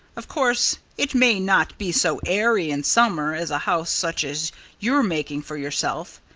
of course, it may not be so airy in summer as a house such as you're making for yourself.